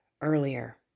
earlier